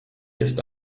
ist